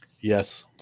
Yes